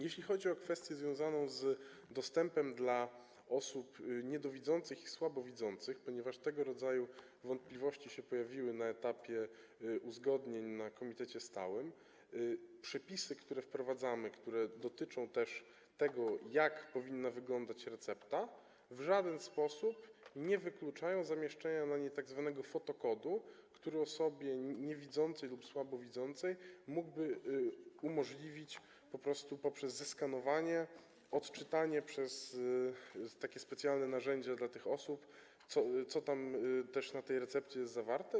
Jeśli chodzi o kwestię związaną z dostępem dla osób niedowidzących i słabowidzących, ponieważ tego rodzaju wątpliwości pojawiły się na etapie uzgodnień w komitecie stałym, przepisy, które wprowadzamy, które dotyczą też tego, jak powinna wyglądać recepta, w żaden sposób nie wykluczają zamieszczania na niej tzw. fotokodu, który osobie niewidzącej lub słabowidzącej mógłby umożliwić, po prostu poprzez zeskanowanie, odczytanie przez takie specjalne narzędzie tego, co tam też na tej recepcie jest zawarte.